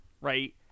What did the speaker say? right